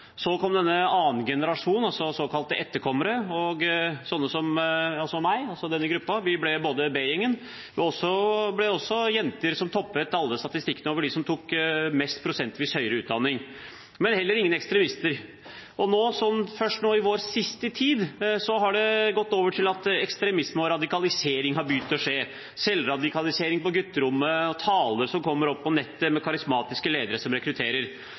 Så kom denne annengenerasjonen, de såkalte etterkommerne, slike som meg. I denne gruppen ble noen med i B-gjengen, og så var det jenter som toppet alle statistikker over dem som tok prosentvis mest høyere utdanning – men heller ingen ekstremister. Først nå, i den siste tiden, har det gått over til at ekstremisme og radikalisering har begynt å skje – selvradikalisering på gutterommet og taler som kommer opp på nettet, av karismatiske ledere som rekrutterer.